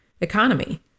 economy